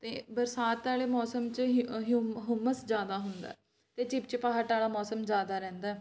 ਅਤੇ ਬਰਸਾਤ ਵਾਲੇ ਮੌਸਮ 'ਚ ਹਿਊ ਹਿਊ ਹੁੰਮਸ ਜ਼ਿਆਦਾ ਹੁੰਦਾ ਅਤੇ ਚਿਪਚਿਪਾਹਟ ਵਾਲਾ ਮੌਸਮ ਜ਼ਿਆਦਾ ਰਹਿੰਦਾ